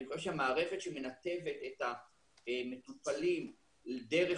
אני חושב שהמערכת שמנתבת את המטופלים דרך